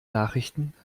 nachrichten